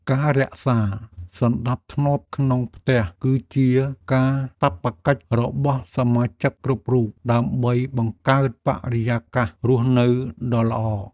ការរក្សាសណ្តាប់ធ្នាប់ក្នុងផ្ទះគឺជាកាតព្វកិច្ចរបស់សមាជិកគ្រប់រូបដើម្បីបង្កើតបរិយាកាសរស់នៅដ៏ល្អ។